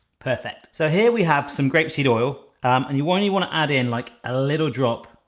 perfect! so here, we have some grapeseed oil. and you wanna you wanna add in like a little drop.